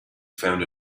found